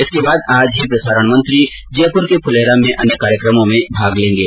इसके बाद आज ही प्रसारण मंत्री जयपुर के फुलेरा में अन्य कार्यक्रमों में भाग लेंगे